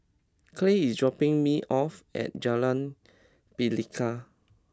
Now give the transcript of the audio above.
Kyleigh is dropping me off at Jalan Pelikat